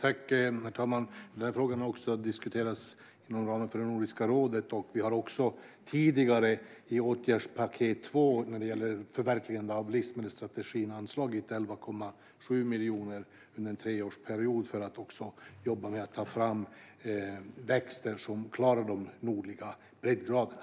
Herr talman! Frågan har även diskuterats inom ramen för Nordiska rådet. Vi har dessutom tidigare, i åtgärdspaket två för förverkligandet av livsmedelsstrategin, anslagit 11,7 miljoner under en treårsperiod för att jobba med att ta fram växter som klarar de nordliga breddgraderna.